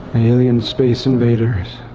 alien space invaders.